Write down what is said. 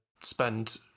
spend